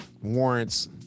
warrants